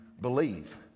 believe